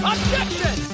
Objection